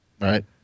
Right